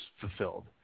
fulfilled